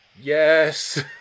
Yes